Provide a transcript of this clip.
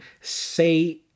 say